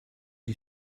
you